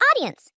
audience